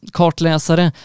kartläsare